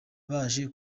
baje